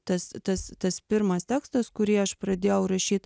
tas tas tas pirmas tekstas kurį aš pradėjau rašyt